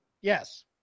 yes